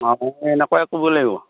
অঁ এনেকুৱাই কৰিব লাগিব